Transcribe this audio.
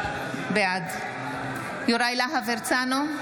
בעד יוראי להב הרצנו,